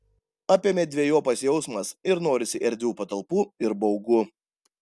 apėmė dvejopas jausmas ir norisi erdvių patalpų ir baugu